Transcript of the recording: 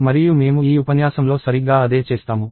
మరియు మేము ఈ ఉపన్యాసంలో సరిగ్గా అదే చేస్తాము